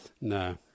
No